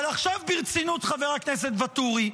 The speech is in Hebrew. אבל עכשיו ברצינות, חבר הכנסת ואטורי,